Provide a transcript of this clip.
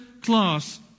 class